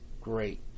great